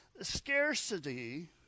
Scarcity